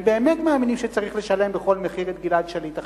הם באמת מאמינים שצריך לשלם בכל מחיר את גלעד שליט עכשיו.